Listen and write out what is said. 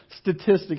statistics